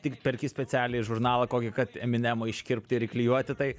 tik perki specialiai žurnalą kokį kad eminemo iškirpt ir įklijuoti tai